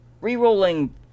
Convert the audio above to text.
re-rolling